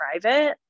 private